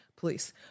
Police